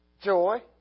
joy